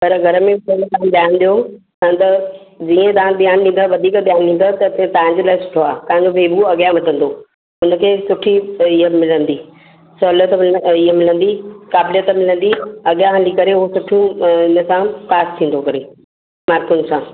पर घर में बि थोरो तव्हां ध्यानु ॾियो न त जीअं तव्हां ध्यानु ॾींदा वधीक टाइम ॾींदव त तव्हांजे लाइ सुठो आहे तव्हांजो बेबू अॻियां वधंदो हुन खे सुठी ईअ मिलंदी सहुलियत ईअ मिलंदी क़ाबिलियत मिलंदी अॻियां हली करे हू सुठियूं हिन सां पास थींदो करे मार्कुनि सां